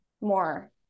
more